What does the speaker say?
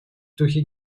духе